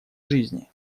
жизни